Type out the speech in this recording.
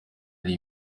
ari